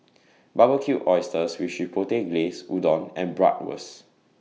Barbecued Oysters with Chipotle Glaze Udon and Bratwurst